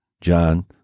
john